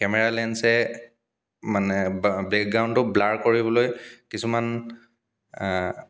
camera লেঞ্চে মানে ব বেকগ্ৰাউণ্ডটো ব্লাৰ কৰিবলৈ কিছুমান